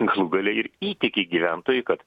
galu gale ir įtiki gyventojai kad